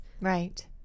right